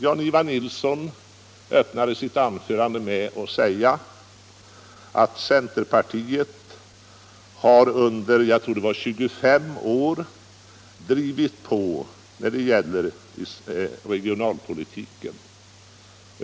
Jan-Ivan Nilsson började sitt anförande med att säga att centerpartiet har under jag tror det var 25 år drivit på när det gäller regionalpolitiken.